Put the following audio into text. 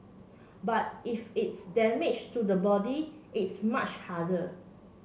but if it's damage to the body it's much harder